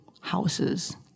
houses